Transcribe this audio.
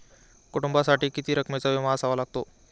कुटुंबासाठी किती रकमेचा विमा असावा लागतो?